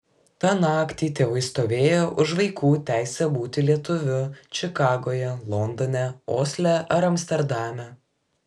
tą naktį tėvai stovėjo už vaikų teisę būti lietuviu čikagoje londone osle ar amsterdame